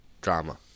drama